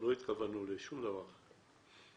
לא התכוונו לשום דבר אחר.